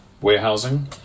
warehousing